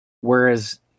whereas